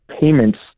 payments